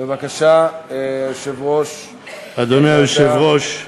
שעה) (הכרה בלימודי תעודה), התשע"ה 2014,